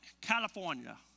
California